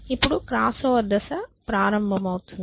ఇప్పుడు క్రాస్ఓవర్ దశ ప్రారంభమవుతుంది